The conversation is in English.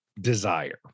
desire